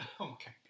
Okay